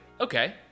Okay